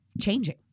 changing